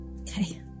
Okay